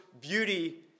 beauty